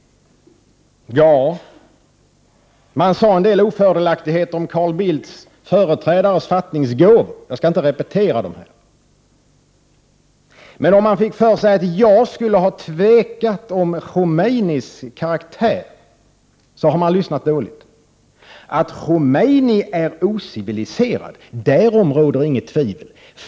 Man sade en del ofördelaktiga saker om Carl Bildts företrädares fattningsgåvor. Jag skall inte repetera någonting här, men om Carl Bildt fick för sig att jag skulle ha tvekat om Khomeinis karaktär har han lyssnat dåligt. Att Khomeini är ociviliserad, därom råder inget tvivel.